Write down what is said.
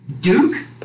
Duke